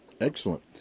Excellent